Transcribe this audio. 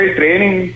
training